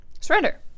Surrender